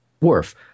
Worf